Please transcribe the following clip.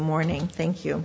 morning thank you